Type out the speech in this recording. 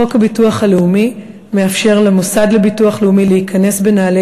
חוק הביטוח הלאומי מאפשר למוסד לביטוח לאומי להיכנס בנעלי